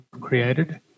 created